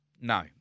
No